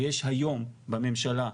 ויש היום בממשלה,